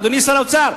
אדוני שר האוצר,